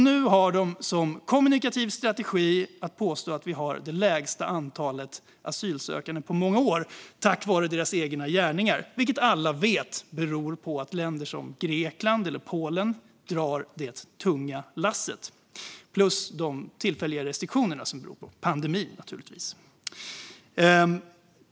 Nu har de som kommunikativ strategi att påstå att vi har det lägsta antalet asylsökande på många år tack vare deras egna gärningar, när alla vet att det beror på att länder som Grekland och Polen drar det tunga lasset samt naturligtvis på de tillfälliga reserestriktionerna på grund av pandemin.